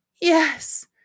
Yes